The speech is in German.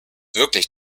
wirklich